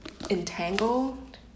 entangled